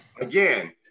again